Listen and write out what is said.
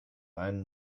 einen